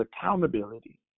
accountability